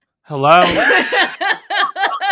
Hello